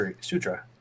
sutra